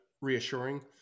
reassuring